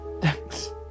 Thanks